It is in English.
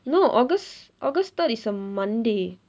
no august august third is a monday